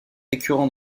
récurrent